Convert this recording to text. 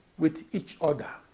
with each other.